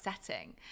setting